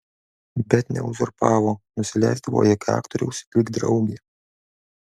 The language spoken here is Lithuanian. bet neuzurpavo nusileisdavo iki aktoriaus lyg draugė